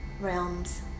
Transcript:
realms